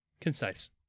Concise